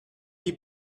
you